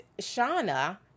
Shauna